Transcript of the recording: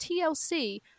TLC